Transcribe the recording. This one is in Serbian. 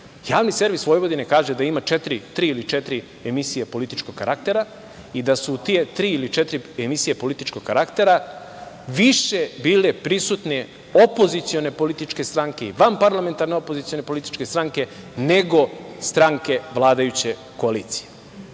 Javni servis Vojvodine kaže da ima tri ili četiri emisije političkog karaktera i da su u te tri ili četiri emisije političkog karaktera više bile prisutne opozicione političke stranke i vanparlamentarne opozicione političke stranke nego stranke vladajuće koalicije.